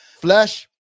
flesh